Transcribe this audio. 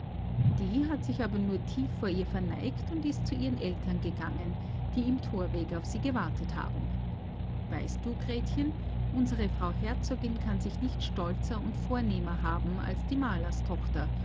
die hat sich aber nur tief vor ihr verneigt und ist zu ihren eltern gegangen die im thorweg auf sie gewartet haben weißt du gretchen unsere frau herzogin kann sich nicht stolzer und vornehmer haben als die